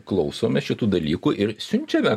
klausome šitų dalykų ir siunčiame